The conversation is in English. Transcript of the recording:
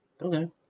okay